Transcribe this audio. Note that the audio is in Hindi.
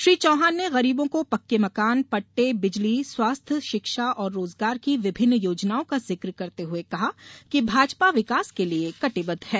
श्री चौहान ने गरीबों को पक्के मकान पट्टे बिजली स्वास्थ्य शिक्षा और रोजगार की विभिन्न योजनाओं का जिक करते हुए कहा कि भाजपा विकास के लिए कटिबद्ध है